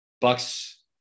Bucks